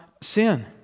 sin